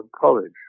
college